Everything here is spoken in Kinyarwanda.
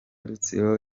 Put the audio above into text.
rutsiro